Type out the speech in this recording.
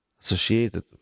associated